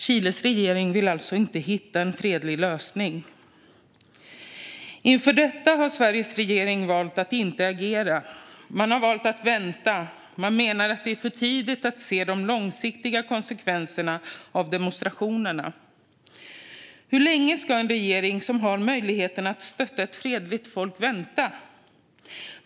Chiles regering vill alltså inte hitta en fredlig lösning. Inför detta har Sveriges regering valt att inte agera. Man har valt att vänta, och man menar att det är för tidigt att se de långsiktiga konsekvenserna av demonstrationerna. Hur länge ska en regering som har möjligheten att stötta ett fredligt folk vänta?